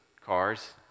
cars